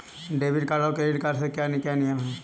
Debit card और credit card के क्या क्या नियम हैं?